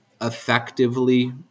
effectively